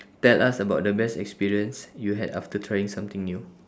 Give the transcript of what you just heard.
tell us about the best experience you had after trying something new